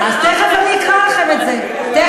תכף אני אקריא לכם את זה.